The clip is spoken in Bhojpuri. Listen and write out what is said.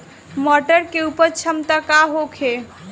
मटर के उपज क्षमता का होखे?